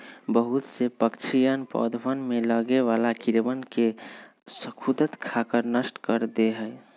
बहुत से पक्षीअन पौधवन में लगे वाला कीड़वन के स्खुद खाकर नष्ट कर दे हई